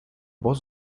voz